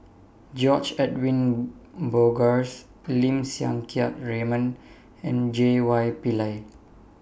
George Edwin Bogaars Lim Siang Keat Raymond and J Y Pillay